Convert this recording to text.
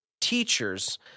teachers